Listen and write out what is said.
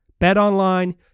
BetOnline